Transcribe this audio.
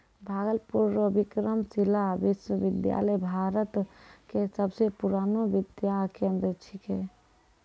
भागलपुर रो विक्रमशिला विश्वविद्यालय भारत के सबसे पुरानो विद्या केंद्र छिकै